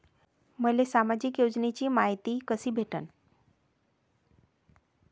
मले सामाजिक योजनेची मायती कशी भेटन?